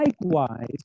likewise